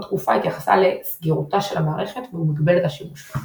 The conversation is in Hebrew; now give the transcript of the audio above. תקופה התייחסה ל"סגירותה של המערכת" ומגבלת השימוש בה.